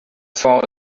saw